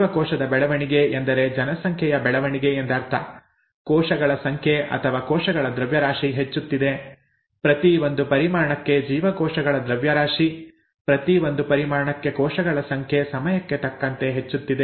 ಜೀವಕೋಶದ ಬೆಳವಣಿಗೆ ಎಂದರೆ ಜನಸಂಖ್ಯೆಯ ಬೆಳವಣಿಗೆ ಎಂದರ್ಥ ಕೋಶಗಳ ಸಂಖ್ಯೆ ಅಥವಾ ಕೋಶಗಳ ದ್ರವ್ಯರಾಶಿ ಹೆಚ್ಚುತ್ತಿದೆ ಪ್ರತಿ ಒಂದು ಪರಿಮಾಣಕ್ಕೆ ಜೀವಕೋಶಗಳ ದ್ರವ್ಯರಾಶಿ ಪ್ರತಿ ಒಂದು ಪರಿಮಾಣಕ್ಕೆ ಕೋಶಗಳ ಸಂಖ್ಯೆ ಸಮಯಕ್ಕೆ ತಕ್ಕಂತೆ ಹೆಚ್ಚುತ್ತಿದೆ